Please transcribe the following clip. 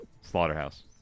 Slaughterhouse